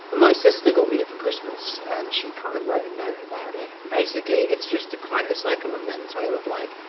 my sister got me it for christmas and she kind of wrote a and note about it. basically it's just a kind, it's like a memento of like,